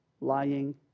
lying